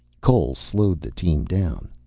cole slowed the team down.